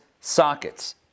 sockets